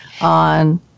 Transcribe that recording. on